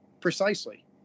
Precisely